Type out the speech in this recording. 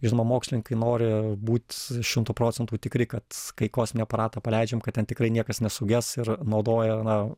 žinoma mokslininkai nori būt šimtu procentų tikri kad kai kosminį aparatą paleidžiam kad ten tikrai niekas nesuges ir naudoja na